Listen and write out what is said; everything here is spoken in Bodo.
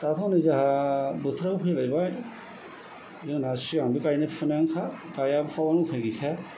दाथ' नै जोंहा बोथोराबो फैलायबाय जोंना सिगांबो गायनाय फुनायानोखा गायाबा फुवाबानो उफाय गैखाया